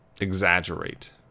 exaggerate